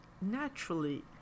naturally